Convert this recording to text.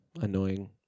annoying